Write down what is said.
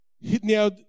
now